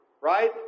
right